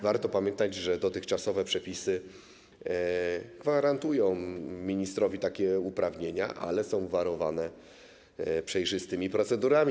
Warto pamiętać, że dotychczasowe przepisy gwarantują ministrowi takie uprawnienia, ale są obwarowane przejrzystymi procedurami.